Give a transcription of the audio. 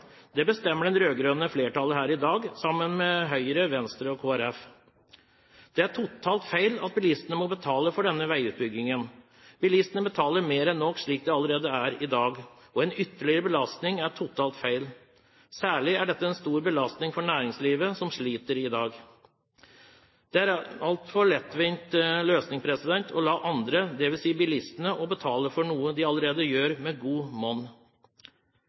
Det bestemmer det rød-grønne flertallet her i dag, sammen med Høyre, Venstre og Kristelig Folkeparti. Det er totalt feil at bilistene må betale for denne veiutbyggingen. Bilistene betaler mer enn nok allerede i dag, og en ytterligere belastning er totalt feil. Særlig er dette en stor belastning for næringslivet som sliter i dag. Det er en altfor lettvint løsning å la andre, dvs. bilistene, betale for noe de allerede gjør med godt monn.